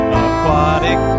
aquatic